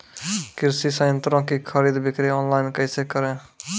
कृषि संयंत्रों की खरीद बिक्री ऑनलाइन कैसे करे?